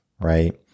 right